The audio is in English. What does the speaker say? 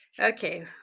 Okay